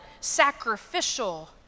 sacrificial